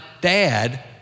dad